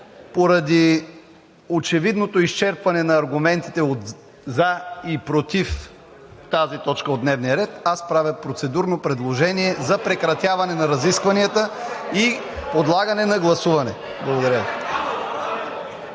Поради очевидното изчерпване на аргументите за и против тази точка от дневния ред, аз правя процедурно предложение за прекратяване на разискванията и подлагане на гласуване. Благодаря